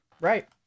right